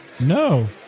No